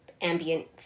ambient